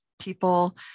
people